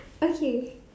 okay